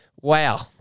Wow